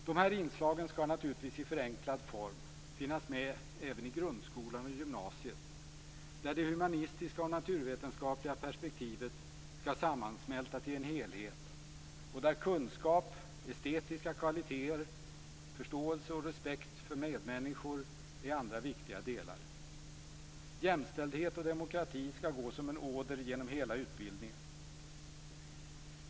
Dessa inslag skall naturligtvis i förenklad form finnas med även i grundskolan och gymnasiet, där det humanistiska och naturvetenskapliga perspektivet skall sammansmälta till en helhet och där kunskap, estetiska kvaliteter, förståelse och respekt för medmänniskor är andra viktiga delar. Jämställdhet och demokrati skall gå som en åder genom hela utbildningen.